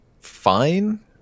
fine